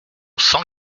cent